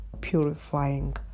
purifying